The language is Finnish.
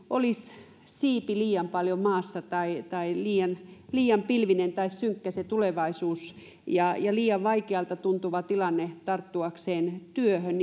olisi siipi liian paljon maassa tai tai liian liian pilvinen tai synkkä se tulevaisuus ja ja liian vaikealta tuntuva tilanne tarttuakseen työhön